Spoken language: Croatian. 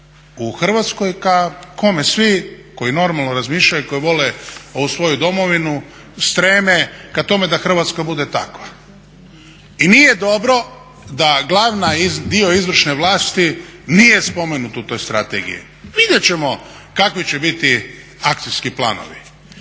u Hrvatskoj ka kome? Svi koji normalno razmišljaju i koji vole ovu svoju Domovinu streme ka tome da Hrvatska bude takva. I nije dobro da glavni dio izvršne vlasti nije spomenut u toj strategiji. Vidjet ćemo kakvi će biti akcijski planovi.